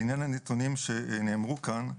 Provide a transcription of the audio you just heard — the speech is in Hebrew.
לעניין הנתונים שנאמרו כאן,